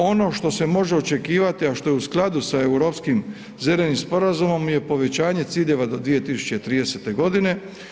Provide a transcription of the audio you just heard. Ono što se može očekivati, a što je u skladu sa europskim zelenim sporazumom je povećanje ciljeva do 2030. godine.